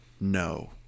No